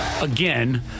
again